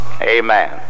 Amen